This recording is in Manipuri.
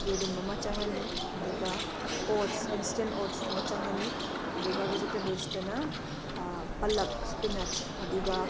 ꯌꯦꯔꯨꯝ ꯑꯃ ꯆꯪꯉꯅꯤ ꯑꯗꯨꯒ ꯑꯣꯠꯁ ꯏꯟꯁ꯭ꯇꯦꯟ ꯑꯣꯠꯁꯇꯨꯃ ꯆꯪꯉꯅꯤ ꯑꯗꯨꯒ ꯕꯦꯖꯤꯇꯦꯕꯜꯁꯇꯅ ꯄꯜꯂꯛꯁ ꯁ꯭ꯄꯤꯅꯠꯆ ꯑꯗꯨꯒ